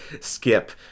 skip